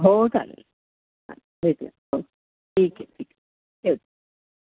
हो चालेल भेटूया हो ठीक आहे ठीक ठेव